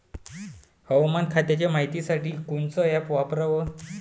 हवामान खात्याच्या मायतीसाठी कोनचं ॲप वापराव?